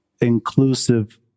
inclusive